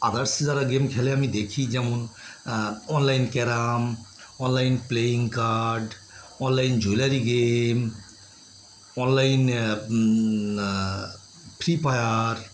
others যারা game খেলে আমি দেখি যেমন online carrom online playing card online jewellery game online Free fire